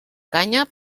canya